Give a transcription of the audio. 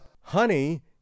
Honey